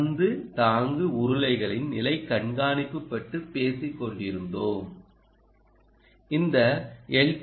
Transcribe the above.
பந்து தாங்கு உருளைகளின் நிலை கண்காணிப்பு பற்றி பேசிக் கொண்டிருந்தோம் இந்த எல்